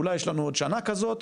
אולי יש לנו עוד שנה כזאת.